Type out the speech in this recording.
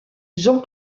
jean